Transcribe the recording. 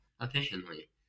efficiently